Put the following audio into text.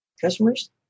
customers